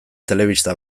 telebista